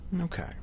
okay